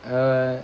uh